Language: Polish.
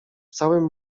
całym